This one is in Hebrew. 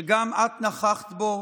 שגם את נכחת בו,